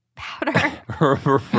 Powder